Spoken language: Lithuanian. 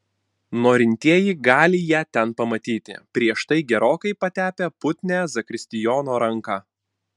norintieji gali ją ten pamatyti prieš tai gerokai patepę putnią zakristijono ranką